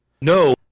No